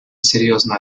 серьезная